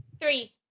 Three